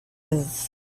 his